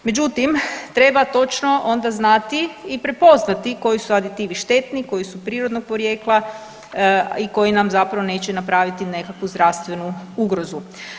Međutim, treba točno onda znati i prepoznati koji su aditivi štetni, koji su prirodnog porijekla i koji nam zapravo neće napraviti nekakvu zdravstvenu ugrozu.